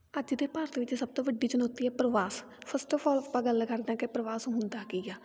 ਅੱਜ ਦੇ ਭਾਰਤ ਵਿੱਚ ਸਭ ਤੋਂ ਵੱਡੀ ਚੁਣੌਤੀ ਹੈ ਪ੍ਰਵਾਸ ਫਸਟ ਔਫ ਔਲ ਆਪਾਂ ਗੱਲ ਕਰਦੇ ਹਾਂ ਕਿ ਪ੍ਰਵਾਸ ਹੁੰਦਾ ਕੀ ਆ